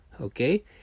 okay